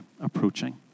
approaching